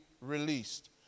released